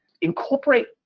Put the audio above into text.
incorporate